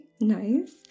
nice